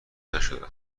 نشده